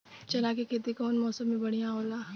चना के खेती कउना मौसम मे बढ़ियां होला?